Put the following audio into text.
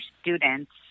students